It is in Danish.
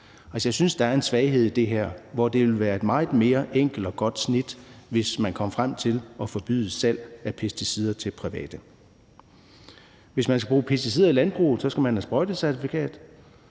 Jeg synes, der er en svaghed i det her, for det ville være et meget mere enkelt og godt snit, hvis man kom frem til at forbyde salg af pesticider til private. Hvis man skal bruge pesticider i landbruget, skal man have sprøjtecertifikat